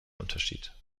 unterschied